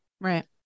Right